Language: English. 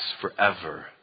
forever